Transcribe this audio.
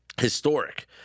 Historic